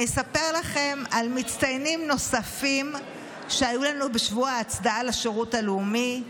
אני אספר לכם על מצטיינים נוספים שהיו לנו בשבוע ההצדעה לשירות הלאומי.